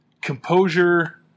composure